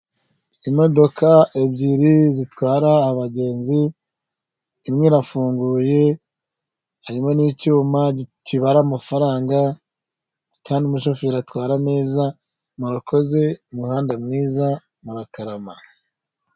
Imodoka ebyiri zitwara abagenzi imwe irafunguye harimo n'icyuma kibara amafaranga kandi umushoferi atwara neza murakoze, umuhanda mwiza, murakarama.